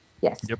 Yes